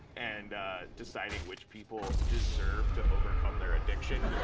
and deciding which people deserve to overcome their addiction.